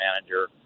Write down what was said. manager